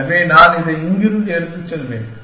எனவே நான் இதை இங்கிருந்து எடுத்துச் செல்வேன்